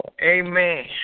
Amen